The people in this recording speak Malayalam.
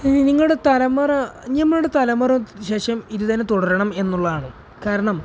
ഇനി നിങ്ങളുടെ തലമുറ നമ്മുടെ തലമുറയ്ക്ക് ശേഷവും ഇതുതന്നെ തുടരണമെന്നുള്ളാണ് കാരണം